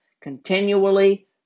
continually